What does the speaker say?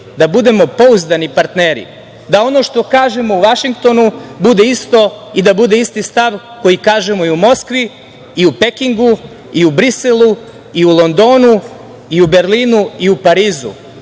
da budemo pouzdani partneri, da ono što kažemo u Vašingtonu bude isto i da bude isti stav koji kažemo i u Moskvi i u Pekingu i u Briselu i u Londonu i u Berlinu i u Parizu. Zato